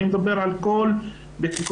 אני מדבר על כל הרמות,